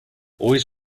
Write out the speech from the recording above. always